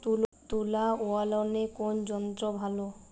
তুলা উত্তোলনে কোন যন্ত্র ভালো?